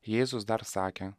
jėzus dar sakė